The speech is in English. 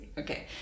Okay